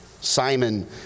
Simon